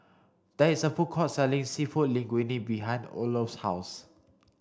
there is a food court selling Seafood Linguine behind Olof's house